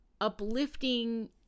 uplifting